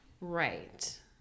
right